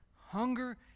hunger